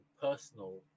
personal